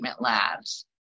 labs